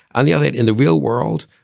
on the other. in the real world,